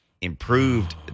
improved